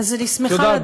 אז אני שמחה לדעת.